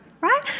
Right